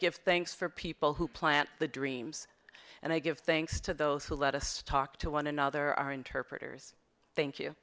give thanks for people who plant the dreams and i give thanks to those who let us talk to one another our interpreter's thank you